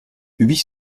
huit